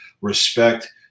respect